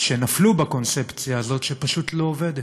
שנפלו בקונספציה הזאת שפשוט לא עובדת.